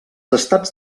estats